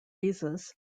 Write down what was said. visas